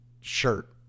shirt